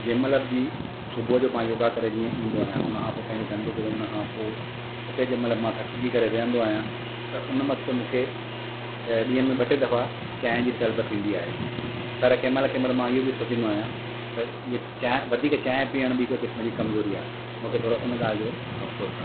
जंहिं महल बि सुबुह जो मां योगा करे जीअं ईंदो आहियां हुन खां पोइ पंहिंजे धंधे ते हुन खां पोइ उते जंहिं महिल मां थकिजी करे विहंदो आहियां त हुन वक़्तु मूंखे ॾींहं में ॿ टे दफ़ा चांहि जी तलब थींदी आहे पर कंहिं महिल कंहिं महिल मां इहो बि सोचींदो आहियां त इहे चाहे वधीक चाहे पीअण बि हिकु क़िस्म जी कमज़ोरी आहे मूंखे थोरो हुन ॻाल्हि जो अफ़सोसु आहे